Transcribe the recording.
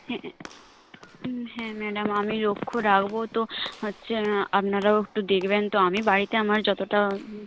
হ্যাঁ হ্যাঁ ম্যাডাম আমি লক্ষ্য রাখব তো হচ্ছে আপনারাও একটু দেখবেন তো আমি বাড়িতে আমার যতটা